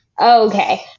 Okay